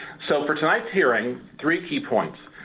so for tonight's hearings. three key points.